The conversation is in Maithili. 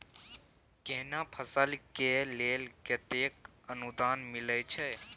केना फसल के लेल केतेक अनुदान मिलै छै?